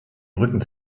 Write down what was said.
rücken